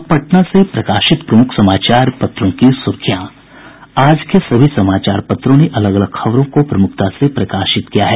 अब पटना से प्रकाशित प्रमुख समाचार पत्रों की सुर्खियां आज के सभी समाचार पत्रों ने अलग अलग खबरों को प्रमुखता से प्रकाशित किया है